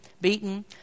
beaten